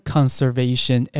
Conservation